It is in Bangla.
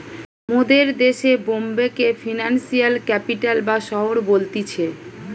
মোদের দেশে বোম্বে কে ফিনান্সিয়াল ক্যাপিটাল বা শহর বলতিছে